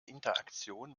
interaktion